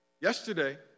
Yesterday